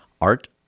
Art